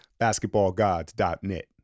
basketballgods.net